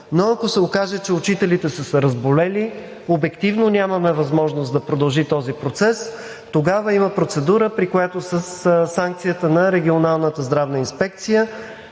но ако се окаже, че учителите са се разболели, обективно нямаме възможност да продължи този процес, тогава има процедура, при която със санкцията на регионалната здравна инспекция